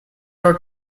are